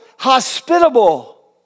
hospitable